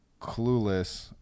clueless